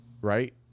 right